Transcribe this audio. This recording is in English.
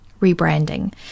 rebranding